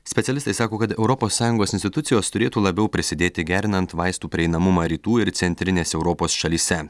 specialistai sako kad europos sąjungos institucijos turėtų labiau prisidėti gerinant vaistų prieinamumą rytų ir centrinės europos šalyse